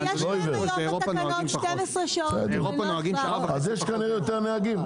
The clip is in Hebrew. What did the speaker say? באירופה כנראה יש יותר נהגים.